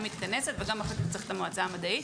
מתכנסת וגם צריך אחר כך את המועצה המדעית.